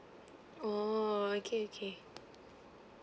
oh okay okay